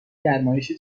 گرمایش